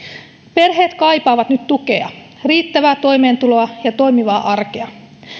perheet kaipaavat nyt tukea riittävää toimeentuloa ja toimivaa arkea